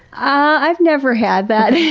i've never had that.